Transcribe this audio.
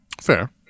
Fair